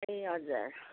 ए हजुर